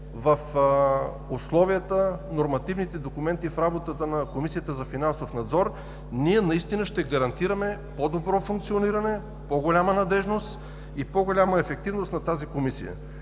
в условията, в нормативните документи, в работата на Комисията за финансов надзор, наистина ще гарантираме по-добро функциониране, по-голяма надеждност и по-голяма ефективност на тази Комисия.